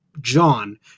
john